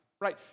Right